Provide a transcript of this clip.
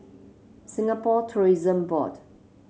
Singapore Tourism Board